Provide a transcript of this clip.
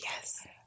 Yes